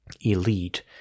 elite